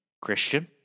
Christian